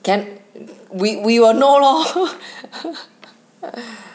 can we we will know lor